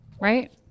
right